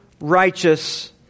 righteous